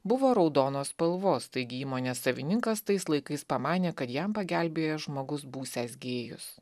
buvo raudonos spalvos taigi įmonės savininkas tais laikais pamanė kad jam pagelbėjęs žmogus būsiąs gėjus